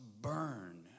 burn